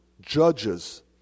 judges